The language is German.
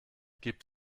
gibt